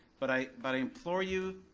but i but implore you